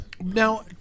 now